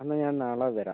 എന്നാൽ ഞാൻ നാളെ വരാം